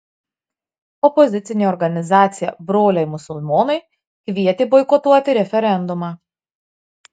opozicinė organizacija broliai musulmonai kvietė boikotuoti referendumą